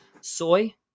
Soy